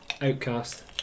Outcast